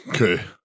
okay